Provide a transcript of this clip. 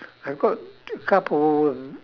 I've got a couple of